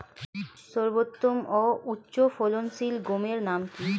সর্বোত্তম ও উচ্চ ফলনশীল গমের নাম কি?